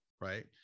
Right